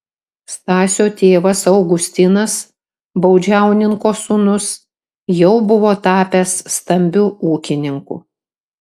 stasio tėvas augustinas baudžiauninko sūnus jau buvo tapęs stambiu ūkininku